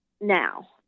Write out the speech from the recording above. now